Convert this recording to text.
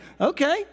Okay